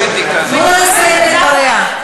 תן לה לסיים את דבריה.